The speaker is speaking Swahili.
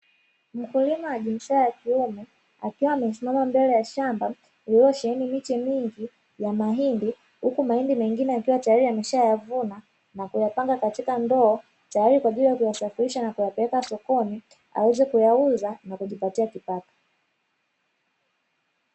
Mkulima wa jinsia ya kiume akiwa amesimama mbele ya shamba lililosheheni miche mingi ya mahindi, huku mahindi mengine yakiwa tayari ameshayavuna na kuyapanga katika ndoo, tayari kwa ajili ya kuyasafirisha na kuyapeleka sokoni aweze kuyauza na kujipatia kipato.